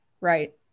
right